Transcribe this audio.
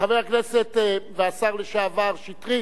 חבר הכנסת והשר לשעבר שטרית,